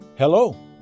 Hello